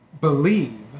believe